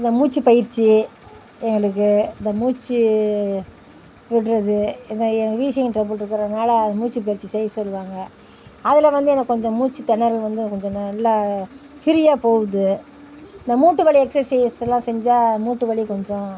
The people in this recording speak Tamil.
இந்த மூச்சுப் பயிற்சி எங்களுக்கு இந்த மூச்சு விடுறது இந்த எனக்கு வீசிங் ட்ரபுள் இருக்கிறனால அந்த மூச்சுப் பயிற்சி செய்ய சொல்லுவாங்கள் அதில் வந்து எனக்கு கொஞ்சம் மூச்சுத் திணறல் வந்து கொஞ்சம் நல்லா ஃப்ரீயாக போகுது இந்த மூட்டு வலி எக்ஸசைஸ்லாம் செஞ்சால் மூட்டுவலி கொஞ்சம்